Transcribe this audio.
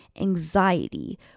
anxiety